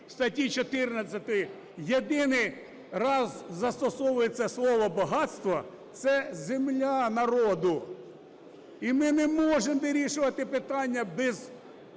в статті 14, єдиний раз застосовується слово "багатство" – це земля народу, і ми не можемо вирішувати питання без